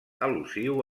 al·lusiu